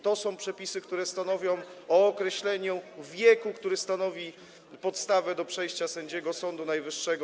To są przepisy, które stanowią o określeniu wieku, który stanowi podstawę do przejścia sędziego Sądu Najwyższego.